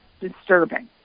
disturbing